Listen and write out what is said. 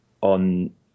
on